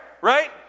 right